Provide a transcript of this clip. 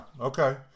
okay